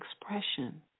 expression